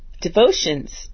devotions